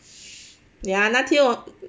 ya 那天我